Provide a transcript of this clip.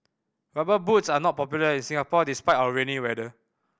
Rubber Boots are not popular in Singapore despite our rainy weather